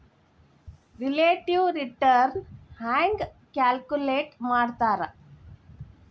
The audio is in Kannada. ರಿಲೇಟಿವ್ ರಿಟರ್ನ್ ಹೆಂಗ ಕ್ಯಾಲ್ಕುಲೇಟ್ ಮಾಡ್ತಾರಾ